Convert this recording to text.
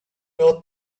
out